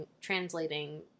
translating